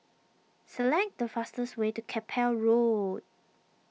select the fastest way to Keppel Road